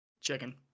Chicken